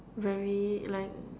very like